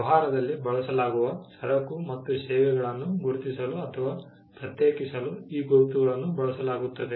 ವ್ಯವಹಾರದಲ್ಲಿ ಬಳಸಲಾಗುವ ಸರಕು ಮತ್ತು ಸೇವೆಗಳನ್ನು ಗುರುತಿಸಲು ಅಥವಾ ಪ್ರತ್ಯೇಕಿಸಲು ಈ ಗುರುತುಗಳನ್ನು ಬಳಸಲಾಗುತ್ತದೆ